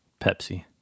Pepsi